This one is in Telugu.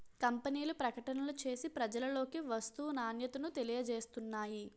కంపెనీలు ప్రకటనలు చేసి ప్రజలలోకి వస్తువు నాణ్యతను తెలియజేస్తున్నాయి